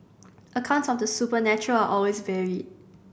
accounts of the supernatural always varied